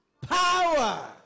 Power